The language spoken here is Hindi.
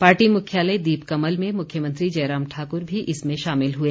पार्टी मुख्यालय दीपकमल में मुख्यमंत्री जयराम ठाकुर भी इसमें शामिल हुए